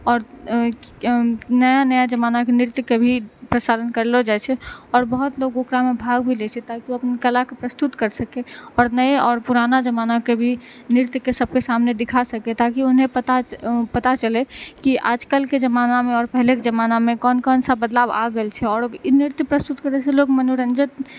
आओर नया नया जमानाके नृत्यके भी प्रसारण करलऽ जाइ छै आओर बहुत लोक ओकरामे भाग भी लै छै ताकि ओ अपन कलाके प्रस्तुत करि सकै आओर नया आओर पुराना जमानाके भी नृत्यके सबके सामने देखा सकै ताकि उन्हें पता चलै कि आजकलके जमानामे आओर पहिलेके जमानामे कोन कोन सा बदलाव आ गेल छै आओर ई नृत्य प्रस्तुत करैसँ लोक मनोरञ्जन